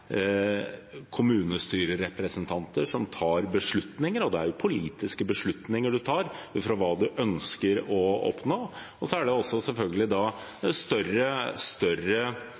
kommunestyrerepresentanter, som tar beslutninger. Det er politiske beslutninger en tar, ut fra hva en ønsker å oppnå. Så er det større utbygginger, enten det er innenfor infrastruktur eller annet, som selvfølgelig skjer. Det vi må ta større